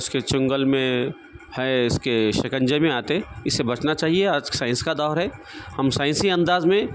اس کے چنگل میں ہے اس کے شکنجے میں آتے اس سے بچنا چاہیے آج سائنس کا دور ہے ہم سائنسی انداز میں